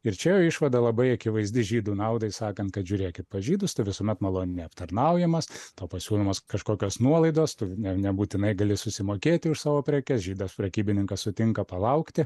ir čia išvada labai akivaizdi žydų naudai sakant kad žiūrėkit pas žydus tu visuomet maloniai aptarnaujamas tau pasiūlomos kažkokios nuolaidos ne nebūtinai gali susimokėti už savo prekes žydas prekybininkas sutinka palaukti